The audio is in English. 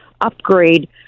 upgrade